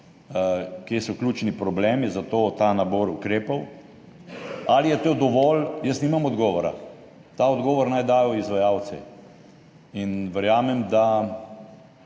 kje so ključni problemi za ta nabor ukrepov. Ali je to dovolj? Jaz nimam odgovora. Ta odgovor naj dajo izvajalci. In verjamem, da